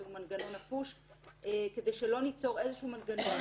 שהוא מנגנון --- כדי שלא ניצור מנגנון